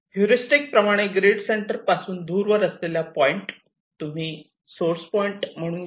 heuristics प्रमाणे grid centre पासून दूरवर असलेला पॉईंट तुम्ही तोच सोर्स पॉईंट म्हणून घ्यावा